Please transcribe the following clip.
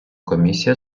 комісія